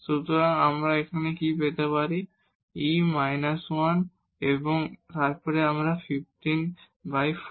সুতরাং আমরা এখানে কি পেতে পারি e 1 এবং তারপর এখানে 154